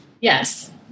Yes